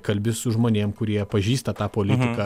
kalbi su žmonėm kurie pažįsta tą politiką